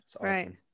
Right